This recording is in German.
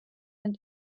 und